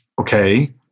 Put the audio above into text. Okay